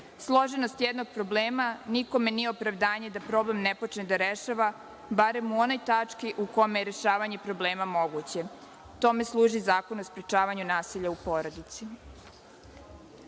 Složenost jednog problema nikome nije opravdanje da problem ne počne da rešava, barem u onoj tački u kome rešavanje problema moguće. Tome služi Zakon o sprečavanju nasilja u porodici. Predlog